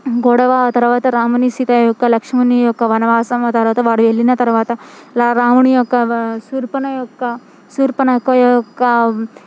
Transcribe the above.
గొడవ ఆ తర్వాత రాముని సీత యొక్క లక్షణుని యొక్క వనవాసం తర్వాత వారు వెళ్ళిన తర్వాత రాముని యొక్క శూర్పణఖ యొక్క శూర్పణఖ యొక్క